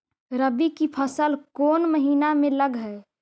रबी की फसल कोन महिना में लग है?